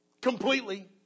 completely